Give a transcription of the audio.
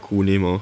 cool name hor